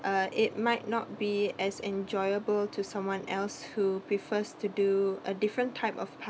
uh it might not be as enjoyable to someone else who prefers to do a different type of pa~